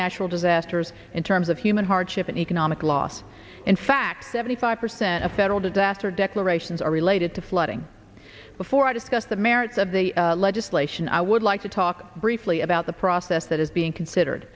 natural disasters in terms of human hardship and economic loss in fact seventy five percent of federal disaster declarations are related to flooding before i discuss the merits of the legislation i would like to talk briefly about the process that is being considered